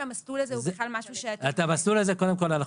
המסלול הזה הוא בכלל משהו --- קודם כל,